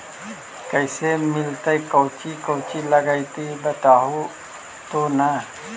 कैसे मिलतय कौची कौची लगतय बतैबहू तो न?